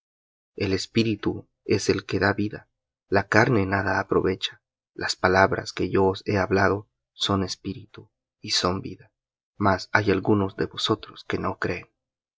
el espíritu es el que da vida la carne nada aprovecha las palabras que yo os he hablado son espíritu y son vida mas hay algunos de vosotros que no creen